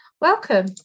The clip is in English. welcome